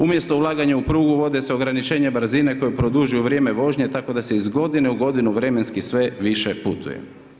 Umjesto ulaganja u prugu, uvode se ograničenje brzine koje produžuju vrijeme vožnje, tako da se iz godinu u godinu vremenski sve više putuje.